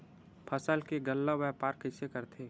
फसल के गल्ला व्यापार कइसे करथे?